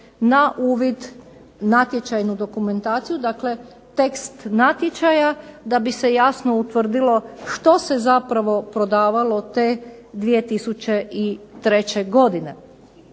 na uvid natječajnu dokumentaciju, dakle tekst natječaja, da bi se jasno utvrdilo što se zapravo prodavalo te 2003. godine.